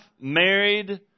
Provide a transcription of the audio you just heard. married